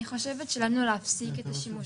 אני חושבת שעלינו להפסיק את השימוש